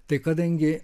tai kadangi